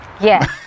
Yes